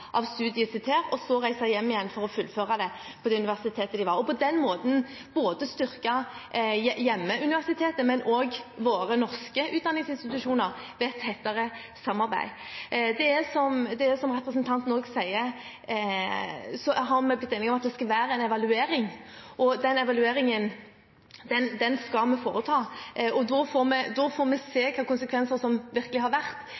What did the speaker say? studiet sitt her, for så å reise hjem igjen for å fullføre det på det universitetet de hørte til, og på den måten både styrke hjemmeuniversitetet og våre norske utdanningsinstitusjoner ved tettere samarbeid. Som representanten også sier, har vi blitt enige om at det skal være en evaluering. Den evalueringen skal vi foreta, og da får vi se hvilke konsekvenser som virkelig har vært.